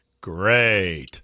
Great